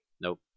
Nope